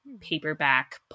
paperback